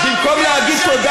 במקום להגיד תודה,